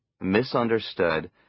misunderstood